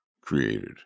created